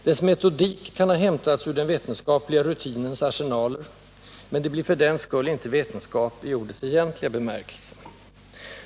Dess metodik kan ha hämtats ur den vetenskapliga rutinens arsenaler, men det blir för den skull inte vetenskap i ordets egentliga bemärkelse.